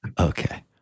okay